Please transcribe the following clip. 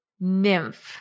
Nymph